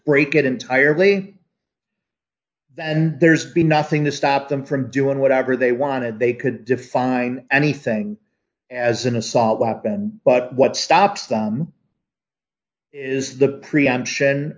break it entirely and there's been nothing to stop them from doing whatever they wanted they could define anything as an assault weapon but what stops them it is the preemption